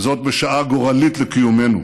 וזאת בשעה גורלית לקיומנו.